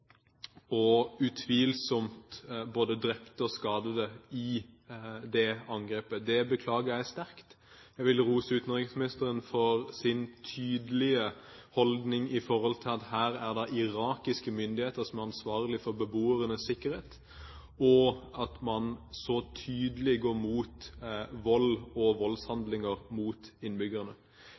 drepte og skadede i det angrepet. Det beklager jeg sterkt. Jeg vil rose utenriksministeren for hans tydelige holdning om at her er det irakiske myndigheter som er ansvarlige for beboernes sikkerhet, og at man så tydelig går mot vold og voldshandlinger mot innbyggerne.